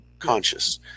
conscious